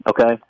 Okay